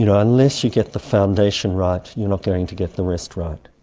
you know unless you get the foundation right, you're not going to get the rest right.